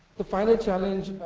the final challenge